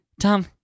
Tom